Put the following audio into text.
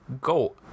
go